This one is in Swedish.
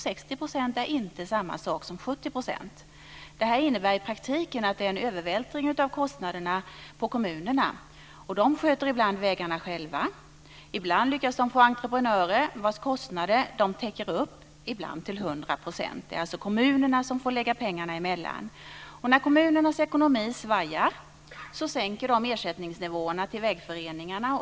60 % är inte samma sak som 70 %. Detta innebär i praktiken en övervältring av kostnaderna på kommunerna. De sköter ibland vägarna själva. Ibland lyckas de få entreprenörer vilkas kostnader de täcker upp ibland till 100 %. Det är kommunerna som får lägga pengarna emellan. När kommunernas ekonomi svajar sänker de ersättningsnivåerna till vägföreningarna.